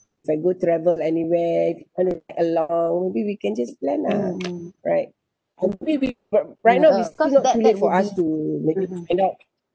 travel anywhere and along maybe we can just plan ah right hopefully we've got right now it's too too late for us to maybe find out